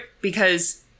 because-